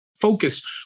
focus